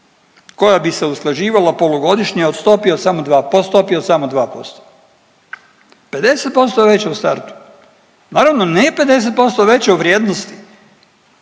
koja bi se usklađivala polugodišnje od stopi od samo 2, po stopi od samo 2%. 50% veća u startu. Naravno ne 50% veća u vrijednosti